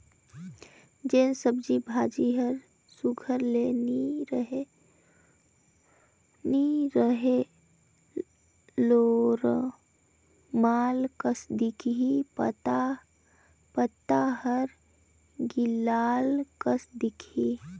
जेन सब्जी भाजी हर सुग्घर ले नी रही लोरमाल कस दिखही पताल हर गिलाल कस दिखही